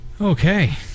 Okay